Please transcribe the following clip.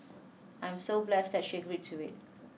I'm so blessed that she agreed to it